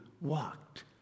walked